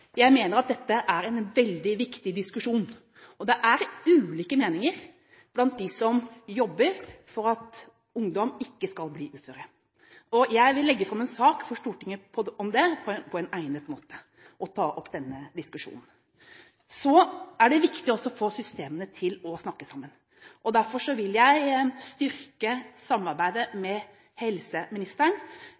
Jeg mener at dette er en veldig viktig diskusjon. Det er ulike meninger blant dem som jobber for at ungdom ikke skal bli uføre. Jeg vil legge fram en sak for Stortinget om det på en egnet måte – og ta opp denne diskusjonen. Det er viktig å få systemene til å snakke sammen. Derfor vil jeg styrke samarbeidet med helseministeren